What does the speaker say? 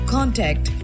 Contact